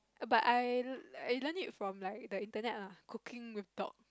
but I I learn it from the internet lah cooking with dog